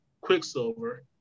Quicksilver